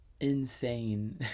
insane